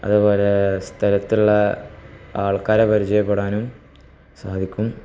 അതേപോലേ സ്ഥലത്തുള്ള ആൾക്കാരെ പരിചയപ്പെടാനും സാധിക്കും